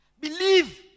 Believe